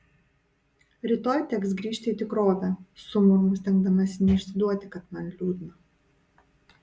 rytoj teks grįžti į tikrovę sumurmu stengdamasi neišsiduoti kad man liūdna